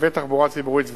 קווי תחבורה ציבורית סדירים,